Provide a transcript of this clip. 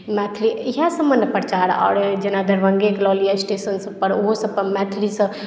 मैथिली इएह सभमे ने प्रचार आओर जेना दरभङ्गेकेँ लऽ लिअ स्टेशनसभ पर ओहोसभ पर मैथिलीसँ